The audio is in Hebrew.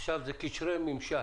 והיום אומרים קשרי ממשל.